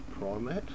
Primate